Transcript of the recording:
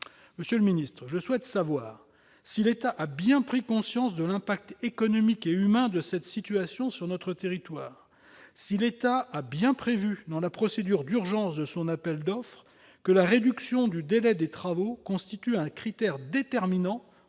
Monsieur le secrétaire d'État, je souhaite savoir si l'État a bien pris conscience de l'impact économique et humain de cette situation sur notre territoire ; si l'État a bien prévu dans la procédure d'urgence de son appel d'offres que la réduction du délai des travaux constitue un critère déterminant